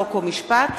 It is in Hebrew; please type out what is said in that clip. חוק ומשפט,